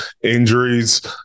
injuries